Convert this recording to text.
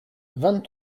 vingt